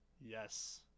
Yes